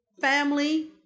family